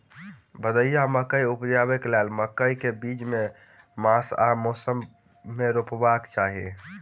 भदैया मकई उपजेबाक लेल मकई केँ बीज केँ मास आ मौसम मे रोपबाक चाहि?